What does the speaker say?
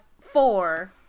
four